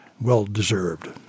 well-deserved